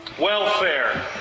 welfare